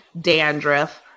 dandruff